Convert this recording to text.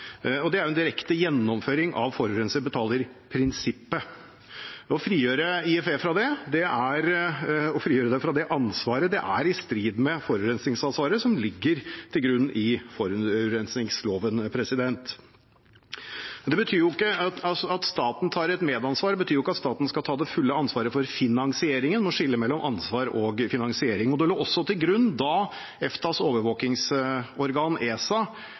Det er en direkte gjennomføring av forurenser-betaler-prinsippet. Å frigjøre IFE fra det er å frigjøre dem fra det ansvaret. Det er i strid med forurensningsansvaret som ligger til grunn i forurensningsloven. At staten tar et medansvar, betyr ikke at staten skal ta det fulle ansvaret for finansieringen og skille mellom ansvar og finansiering. Da EFTAs overvåkingsorgan, ESA, sa at dette er et arbeid som ikke trenger notifisering, lå det nettopp til grunn